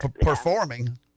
performing